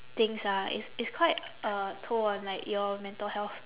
things ah it's it's quite a toll on like your mental health